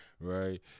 Right